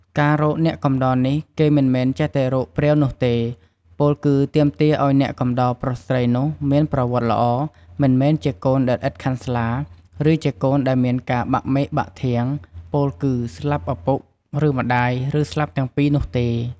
ការរកអ្នកកំដរនេះគេមិនមែនចេះតែរកព្រាវនោះទេ ពោលគឺទាមទារឱ្យអ្នកកំដរប្រុស ស្រីនោះមានប្រវត្តិល្អ មិនមែនជាកូនដែលឥតខាន់ស្លា ឬជាកូនដែលមានការបាក់មែកបាក់ធាង ពោលគឺ ស្លាប់ឪពុក ឬម្តាយ ឬស្លាប់ទាំងពីរនោះទេ។